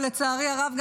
ולצערי הרב,